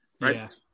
Right